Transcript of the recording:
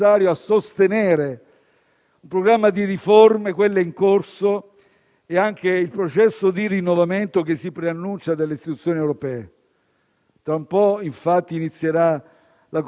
Tra un po', infatti, inizierà la Conferenza sul futuro dell'Europa, nella quale dovremo misurare la nostra capacità di incidenza, la nostra energia rinnovatrice